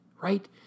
right